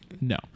No